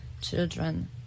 children